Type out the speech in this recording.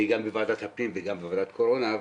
אני גם בוועדת הפנים וגם בוועדת קורונה,